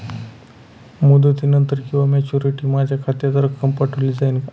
मुदतीनंतर किंवा मॅच्युरिटी माझ्या खात्यात रक्कम पाठवली जाईल का?